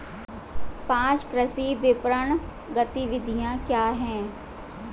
पाँच कृषि विपणन गतिविधियाँ क्या हैं?